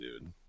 dude